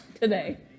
Today